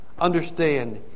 Understand